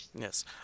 Yes